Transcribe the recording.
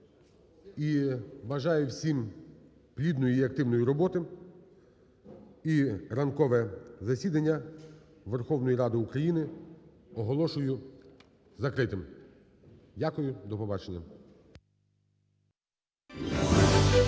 бажаю всім плідної і активної роботи. І ранкове засідання Верховної Ради України оголошую закритим. Дякую. До побачення.